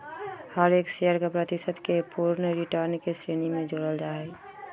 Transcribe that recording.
हर एक शेयर के प्रतिशत के पूर्ण रिटर्न के श्रेणी में जोडल जाहई